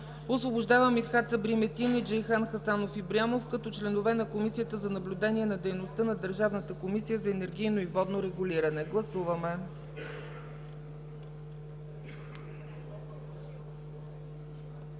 Освобождава Митхат Сабри Метин и Джейхан Хасанов Ибрямов като членове на Комисията за наблюдение на дейността на Държавната комисия за енергийно и водно регулиране.” Гласуваме.